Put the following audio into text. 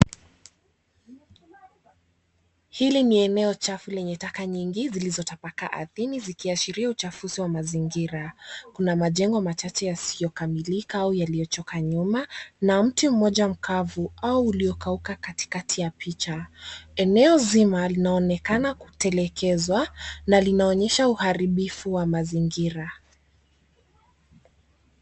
Hili ni eneo chafu lenye taka nyingi zilizotapakaa ardhini zikiashiria uchafuzi wa mazingira. Kuna majengo machache yasiyokamilika au yaliyochoka nyuma na mti mmoja mkavu au uliokauka katikati ya picha. Eneo zima linaonekana kutelekezwa na linaonyesha uharibifu wa mazingira.